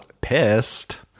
pissed